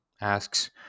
asks